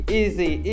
easy